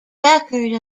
record